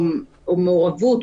או מעורבות,